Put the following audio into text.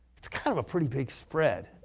kind of a pretty big spread.